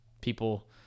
people